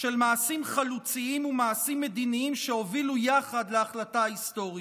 של מעשים חלוציים ומעשים מדיניים שהובילו יחד להחלטה ההיסטורית.